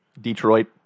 Detroit